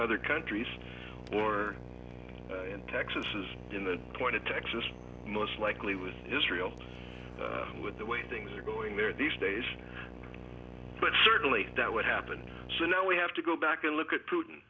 other countries or in texas is in the point of texas most likely with israel with the way things are going there these days but certainly that would happen so now we have to go back and look at p